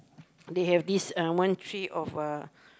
they have this uh one tree of uh